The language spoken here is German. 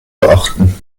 beachten